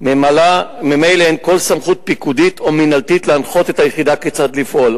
ממילא אין כל סמכות פיקודית או מינהלתית להנחות את היחידה כיצד לפעול.